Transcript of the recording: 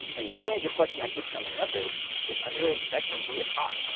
and one major question that keeps coming up is, should underage sexting be a crime?